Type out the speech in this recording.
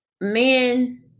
Men